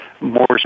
more